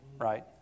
right